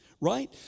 right